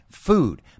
food